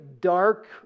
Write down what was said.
dark